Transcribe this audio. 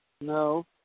No